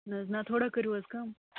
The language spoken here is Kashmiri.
نہَ حظ نہَ تھوڑا کٔرِو حظ کَم